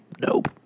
nope